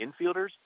infielders